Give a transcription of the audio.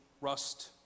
rust